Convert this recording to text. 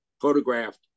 photographed